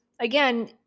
Again